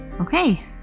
okay